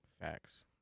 Facts